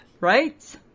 Right